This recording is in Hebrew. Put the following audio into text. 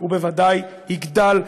הוא בוודאי יגדל,